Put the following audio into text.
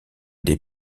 des